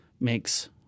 makes